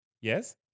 Yes